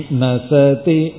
nasati